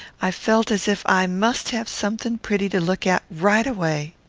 i felt as if i must have something pretty to look at right away.